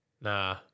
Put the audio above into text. Nah